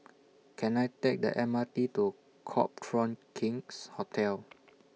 Can I Take The M R T to Copthorne King's Hotel